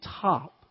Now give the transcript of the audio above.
top